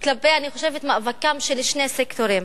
כלפי מאבקם של שני סקטורים: